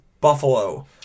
Buffalo